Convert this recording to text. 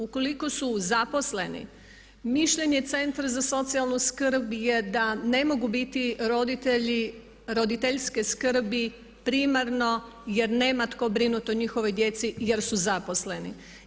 Ukoliko su zaposleni mišljenje Centra za socijalnu skrb je da ne mogu biti roditelji roditeljske skrbi primarno jer nema tko brinuti o njihovoj djeci jer su zaposleni.